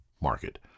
market